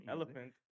Elephant